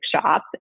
shop